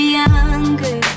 younger